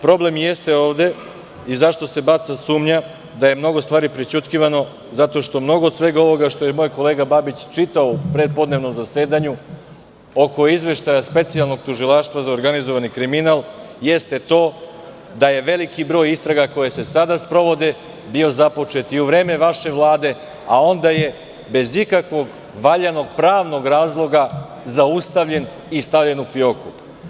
Problem jeste ovde i zašto se baca sumnja da je mnogo stvari prećutkivano zato što mnogo od svega ovoga što je moj kolega Babić čitao u prepodnevnom zasedanju oko izveštaja Specijalnog tužilaštva za organizovani kriminal jeste to da je veliki broj istraga koje se sada sprovode bio započet i u vreme vaše Vlade, a onda je bez ikakvog valjanog pravnog razloga zaustavljen i stavljen u fioku.